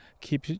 keep